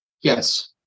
Yes